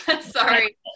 sorry